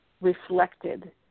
reflected